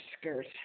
skirt